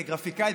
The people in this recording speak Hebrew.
כגרפיקאית,